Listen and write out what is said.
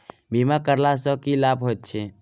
बीमा करैला सअ की लाभ होइत छी?